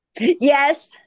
yes